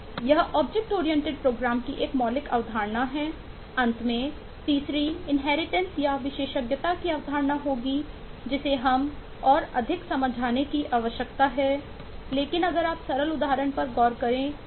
यह object oriented program के बारे में बात कर रहे हैं